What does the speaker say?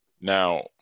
Now